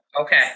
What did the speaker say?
Okay